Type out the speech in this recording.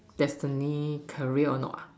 destiny career or not ah